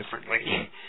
differently